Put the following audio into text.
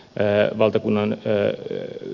ne valtakunnan itään